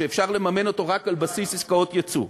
שאפשר למממן אותו רק על בסיס עסקאות יצוא.